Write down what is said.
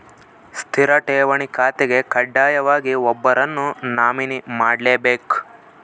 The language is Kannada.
ಸ್ಥಿರ ಠೇವಣಿ ಖಾತೆಗೆ ಕಡ್ಡಾಯವಾಗಿ ಒಬ್ಬರನ್ನು ನಾಮಿನಿ ಮಾಡ್ಲೆಬೇಕ್